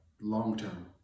long-term